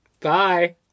Bye